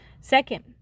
Second